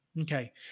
Okay